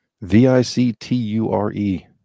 V-I-C-T-U-R-E